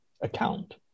account